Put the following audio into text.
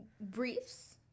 Briefs